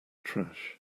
trash